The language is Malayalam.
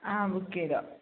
ആ ബുക്ക് ചെയ്തോ